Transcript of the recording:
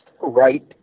right